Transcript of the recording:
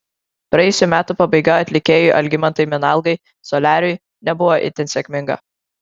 praėjusių metų pabaiga atlikėjui algimantui minalgai soliariui nebuvo itin sėkminga